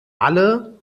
alle